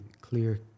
clear